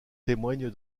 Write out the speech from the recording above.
témoigne